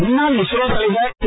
முன்னாள் இஸ்ரோ தலைவர் திரு